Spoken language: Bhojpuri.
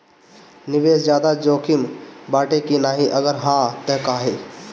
निवेस ज्यादा जोकिम बाटे कि नाहीं अगर हा तह काहे?